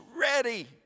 ready